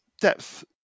depth